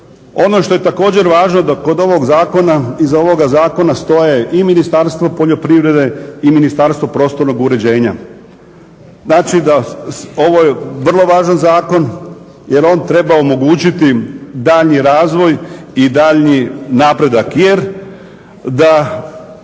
Ono što je također važno kod ovog zakona, iza ovoga zakona stoje i Ministarstvo poljoprivrede i Ministarstvo prostornog uređenja. Znači da ovo je vrlo važan zakon jer on treba omogućiti daljnji razvoj i daljnji napredak. Jer da